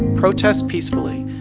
protest peacefully.